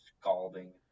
scalding